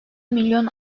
milyon